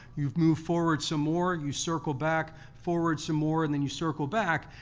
move move forward some more, you circle back, forward some more and then you circle back.